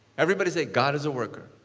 everybody say, god is a worker.